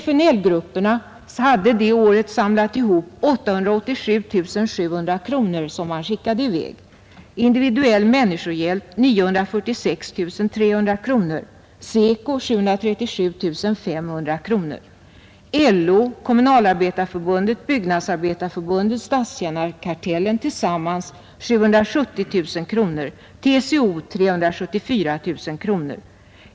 FNL-grupperna samlade ihop 887 700 kronor, som man skickade i väg, Individuell människohjälp 946 399 kronor, SECO 737 500 kronor, LO, Kommunalarbetareförbundet, Byggnadsarbetareförbundet och Statstjänarekartellen tillsammans 770 000 kronor, TCO 374 000 kronor.